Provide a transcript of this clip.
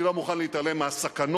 אני לא מוכן להתעלם מהסכנות,